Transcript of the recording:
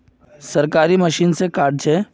सरकारी मशीन से कार्ड छै?